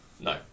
no